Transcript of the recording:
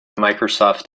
microsoft